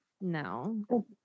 no